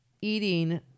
eating